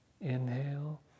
Inhale